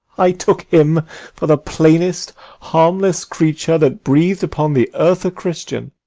i took him for the plainest harmless creature that breath'd upon the earth a christian